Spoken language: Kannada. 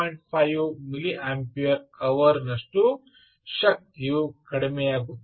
5 ಮಿಲಿಯಂಪೇರ್ ಅವರ್ ನಷ್ಟು ಶಕ್ತಿಯು ಕಡಿಮೆಯಾಗುತ್ತಿದೆ